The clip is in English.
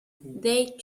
they